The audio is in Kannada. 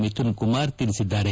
ಮಿಥುನ್ ಕುಮಾರ್ ಶಿಳಿಸಿದ್ದಾರೆ